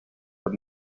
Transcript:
but